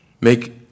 make